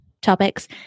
topics